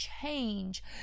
change